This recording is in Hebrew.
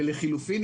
לחילופין,